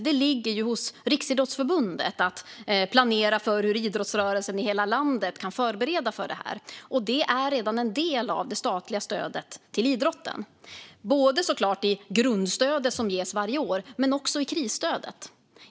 Det ligger hos Riksidrottsidrottsförbundet att planera för hur idrottsrörelsen i hela landet kan förbereda för detta, och det är redan en del av det statliga stödet till idrotten. Det ingår i grundstödet som ges varje år men också i krisstödet.